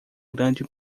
grande